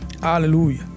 Hallelujah